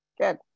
Good